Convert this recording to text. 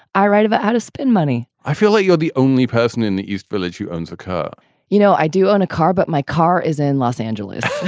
i write about how to spend money i feel like you're the only person in the east village who owns a car you know, i do own a car, but my car is in los angeles,